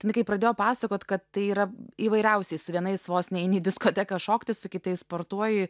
tai jinai kai pradėjo pasakot kad tai yra įvairiausiai su vienais vos ne eini į diskoteką šokti su kitais sportuoji